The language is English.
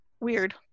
weird